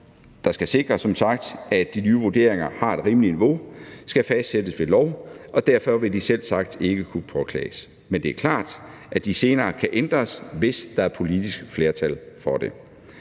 sagt skal sikre, at de nye vurderinger har et rimeligt niveau, skal fastsættes ved lov, og derfor vil de selvsagt ikke kunne påklages. Men det er klart, at de senere kan ændres, hvis der er politisk flertal for det.